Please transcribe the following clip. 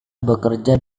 bekerja